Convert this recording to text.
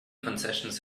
concessions